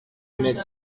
mais